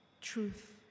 truth